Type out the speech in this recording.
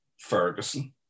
Ferguson